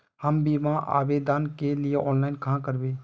हम बीमा आवेदान के लिए ऑनलाइन कहाँ करबे?